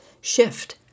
shift